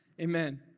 Amen